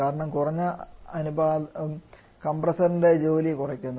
കാരണം കുറഞ്ഞ അനുപാതം കംപ്രസ്സർ ഇൻറെ ജോലി കുറയ്ക്കുന്നു